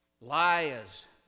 liars